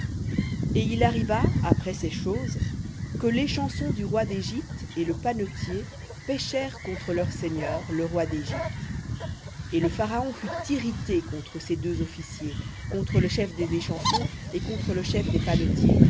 et il arriva après ces choses que l'échanson du roi d'égypte et le panetier péchèrent contre leur seigneur le roi dégypte et le pharaon fut irrité contre ses deux officiers contre le chef des échansons et contre le chef des